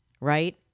right